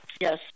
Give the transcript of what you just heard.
Yes